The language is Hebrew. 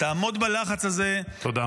תעמוד בלחץ הזה -- תודה.